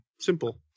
simple